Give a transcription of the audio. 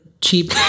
cheap